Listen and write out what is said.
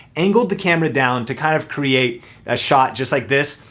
angled the camera down to kind of create a shot just like this,